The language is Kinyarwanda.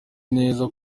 neza